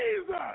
Jesus